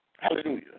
Hallelujah